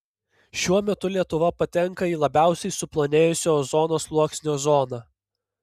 šiuo metu lietuva patenka į labiausiai suplonėjusio ozono sluoksnio zoną